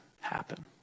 happen